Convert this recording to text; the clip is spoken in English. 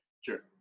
Sure